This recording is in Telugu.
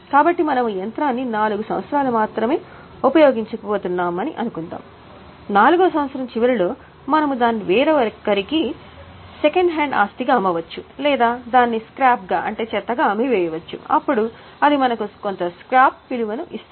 కాబట్టి మనము యంత్రాన్ని 4 సంవత్సరాలు మాత్రమే ఉపయోగించబోతున్నాం అనుకుందాం నాల్గవ సంవత్సరం చివరిలో మనము దానిని వేరొకరికి సెకండ్ హ్యాండ్ ఆస్తిగా అమ్మవచ్చు లేదా దానిని స్క్రాప్ గా అంటే చెత్తగా అమ్మి వేయవచ్చు అప్పుడు అది మనకు కొంత స్క్రాప్ విలువను ఇస్తుంది